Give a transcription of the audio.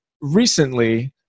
recently